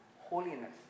holiness